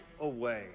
away